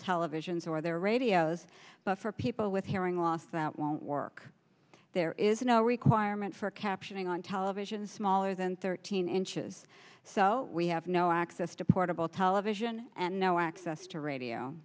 televisions or their radios but for people with hearing loss that won't work there is no requirement for captioning on television smaller than thirteen inches so we have no access to portable television and no access to radio